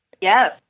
Yes